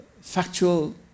factual